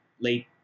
late